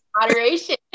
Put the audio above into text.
moderation